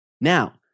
Now